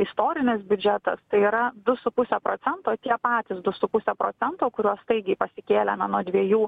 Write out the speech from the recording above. istorinis biudžetas tai yra du su puse procento tie patys du su puse procento kurio staigiai pasikėlėm nuo dviejų